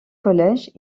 college